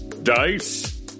Dice